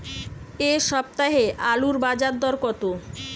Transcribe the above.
এ সপ্তাহে আলুর বাজারে দর কত?